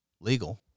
legal